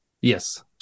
yes